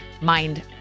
mind